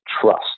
trust